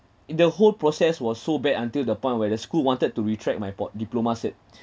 in the whole process was so bad until the point where the school wanted to retract my po~ diploma cert